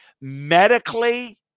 medically